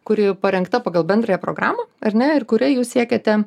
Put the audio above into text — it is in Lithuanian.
kuri parengta pagal bendrąją programą ar ne ir kuria jūs siekiate